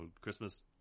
Christmas